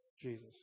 Jesus